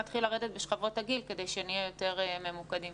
נתחיל לרדת בשכבות הגיל כדי שנהיה יותר ממוקדים.